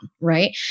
right